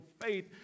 faith